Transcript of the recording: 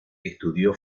estudió